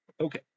okay